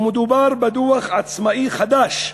ומדובר בדוח עצמאי, חדש,